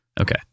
okay